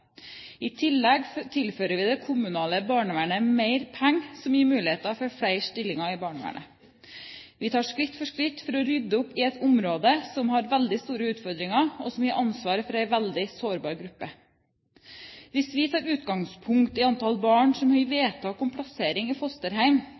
I tillegg tilfører vi det kommunale barnevernet mer penger, som gir muligheter for flere stillinger i barnevernet. Vi tar skritt for skritt for å rydde opp i et område som har veldig store utfordringer og som har ansvaret for en veldig sårbar gruppe. Hvis vi tar utgangspunkt i antall barn som har vedtak om plassering i fosterhjem, så